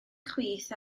chwith